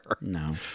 No